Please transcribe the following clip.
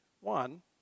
One